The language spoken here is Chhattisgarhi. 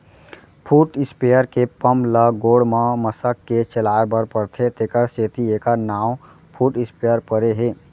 फुट स्पेयर के पंप ल गोड़ म मसक के चलाए बर परथे तेकर सेती एकर नांव फुट स्पेयर परे हे